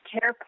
care